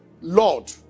Lord